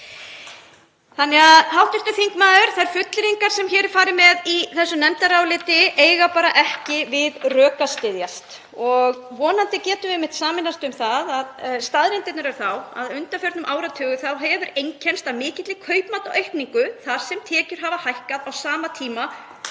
við hv. þingmann að þær fullyrðingar sem hér er farið með í þessu nefndaráliti eiga bara ekki við rök að styðjast. Vonandi getum við sameinast um það að staðreyndirnar eru að undanfarinn áratugur hefur einkennst af mikilli kaupmáttaraukningu þar sem tekjur hafa hækkað á sama tíma.